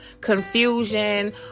confusion